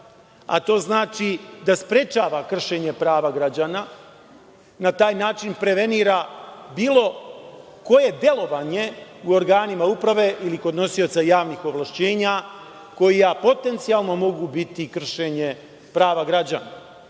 a to znači da sprečava kršenje prava građana i na taj način preventira bilo koja delovanja u organima uprave ili kod nosioca javnih ovlašćenja koja potencijalno mogu biti kršenje prava građana. Druga